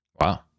Wow